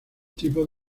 tipos